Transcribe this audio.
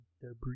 Debris